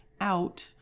out